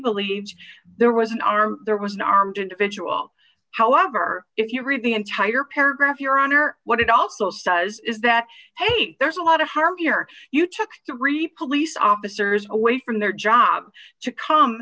believes there was an r there was an armed individual however if you read the entire paragraph your honor what it also says is that there's a lot of harm here you took three police officers away from their job to come